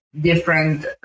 different